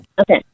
Okay